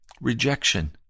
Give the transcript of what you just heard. rejection